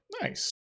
Nice